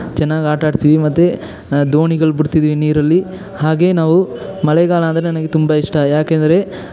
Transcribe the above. ಚೆನ್ನಾಗಿ ಆಟ ಆಡ್ತಿದ್ವಿ ಮತ್ತು ದೋಣಿಗಳು ಬಿಡ್ತಿದ್ವಿ ನೀರಲ್ಲಿ ಹಾಗೇ ನಾವು ಮಳೆಗಾಲ ಅಂದರೆ ನನಗೆ ತುಂಬ ಇಷ್ಟ ಯಾಕೆಂದರೆ